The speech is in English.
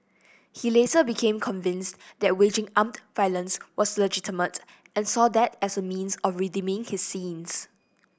he later became convinced that waging armed violence was legitimate and saw that as a means of redeeming his sins